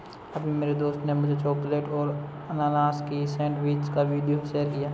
अभी मेरी दोस्त ने मुझे चॉकलेट और अनानास की सेंडविच का वीडियो शेयर किया है